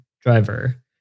driver